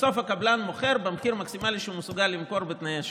בסוף הקבלן מוכר במחיר המקסימלי שהוא מסוגל למכור בתנאי השוק.